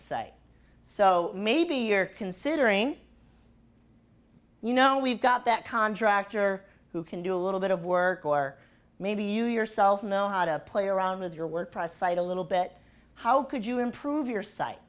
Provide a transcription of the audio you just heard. say so maybe you're considering you know we've got that contractor who can do a little bit of work or maybe you yourself know how to play around with your word price ita little bit how could you improve your site